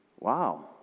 Wow